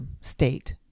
state